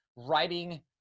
writing